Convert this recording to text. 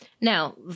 Now